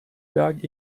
bag